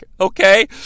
okay